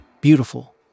beautiful